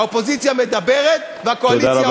האופוזיציה מדברת, והקואליציה עושה.